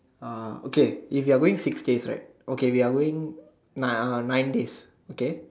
uh okay if we are going six days right we are going nine days okay